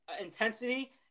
intensity